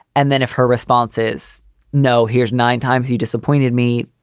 and then if her response is no, here's nine times you disappointed me,